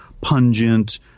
pungent